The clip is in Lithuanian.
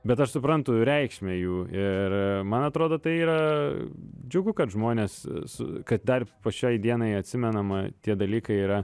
bet aš suprantu reikšmę jų ir man atrodo tai yra džiugu kad žmonės su kad dar po šiai dienai atsimenama tie dalykai yra